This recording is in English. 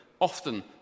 often